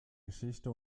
geschichte